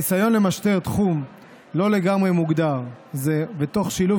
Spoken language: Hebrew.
הניסיון למשטר תחום לא לגמרי מוגדר זה תוך שילוב